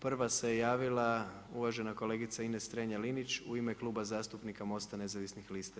Prva se javila uvažena kolegica Ines Strenja-Linić u ime Kluba zastupnika MOST-a.